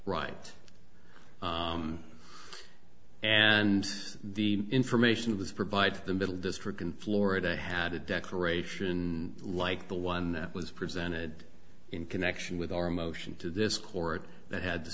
right and the information was provided to the middle district in florida had a declaration like the one that was presented in connection with our motion to this court that had the